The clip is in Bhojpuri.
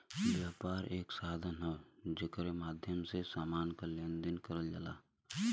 व्यापार एक साधन हौ जेकरे माध्यम से समान क लेन देन करल जाला